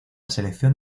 selección